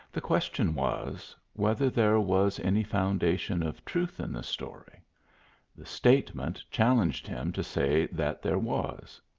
the question was, whether there was any foundation of truth in the story the statement challenged him to say that there was.